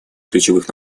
ключевых